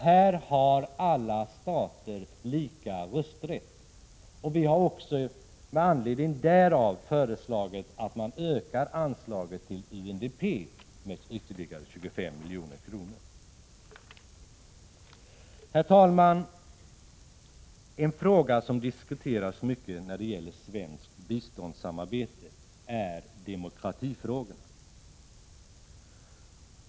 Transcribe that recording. Här har alla stater lika rösträtt. Vi har också med anledning därav föreslagit att man ökar anslaget till UNDP med ytterligare 25 milj.kr. Herr talman! En sak som diskuteras mycket när det gäller svenskt biståndssamarbete är demokratifrågorna.